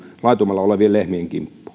laitumella olevien lehmien kimppuun